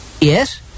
Yes